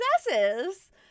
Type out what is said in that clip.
successes